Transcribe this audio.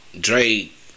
Drake